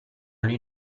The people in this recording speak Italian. lui